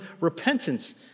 repentance